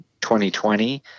2020